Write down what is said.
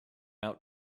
out